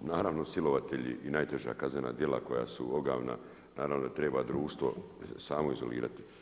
naravno silovatelji i najteža kaznena djela koja su ogavna naravno da treba društvo samo izolirati.